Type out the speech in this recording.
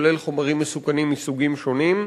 כולל חומרים מסוכנים מסוגים שונים.